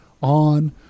on